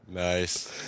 Nice